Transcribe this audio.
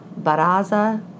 Baraza